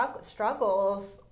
struggles